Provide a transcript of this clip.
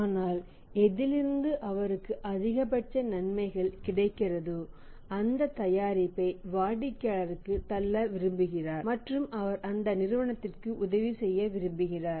ஆனால் எதிலிருந்து அவருக்கு அதிகபட்ச நன்மை கிடைக்கிறதோ அந்த தயாரிப்பை வாடிக்கையாளருக்கு தள்ள விரும்புகிறார் மற்றும் அவர் அந்த நிறுவனத்திற்கு உதவி செய்ய விரும்புகிறார்